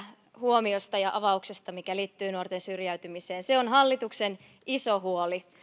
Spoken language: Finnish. huomiosta ja avauksesta mikä liittyy nuorten syrjäytymiseen se on hallituksen iso huoli